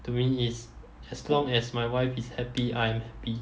to me is as long as my wife is happy I am happy